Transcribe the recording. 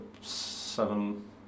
seven